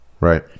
Right